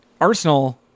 Arsenal